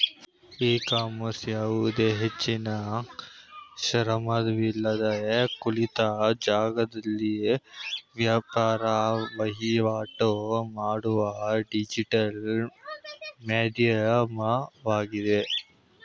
E commerce ಯಾವುದೇ ಹೆಚ್ಚಿನ ಶ್ರಮವಿಲ್ಲದೆ ಕುಳಿತ ಜಾಗದಲ್ಲೇ ವ್ಯಾಪಾರ ವಹಿವಾಟು ಮಾಡುವ ಡಿಜಿಟಲ್ ಮಾಧ್ಯಮವಾಗಿದೆ